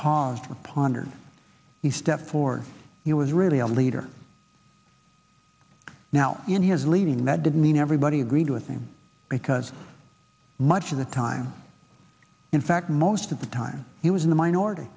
with pondered the step for he was really a leader now and he was leading that didn't mean everybody agreed with him because much of the time in fact most of the time he was in the minority